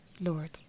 Lord